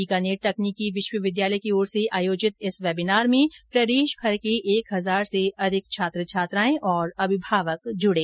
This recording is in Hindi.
बीकानेर तकनीकी विश्वविद्यालय की ओर से आयोजित वेबीनार में प्रदेशभर के एक हजार से अधिक छात्र छात्राओं और अभिभावकों ने भाग लिया